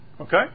Okay